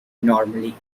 normally